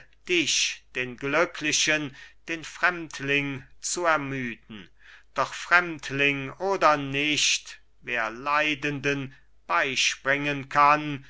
dich den glücklichen den fremdling zu ermüden doch fremdling oder nicht wer leidenden beispringen kann